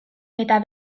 eta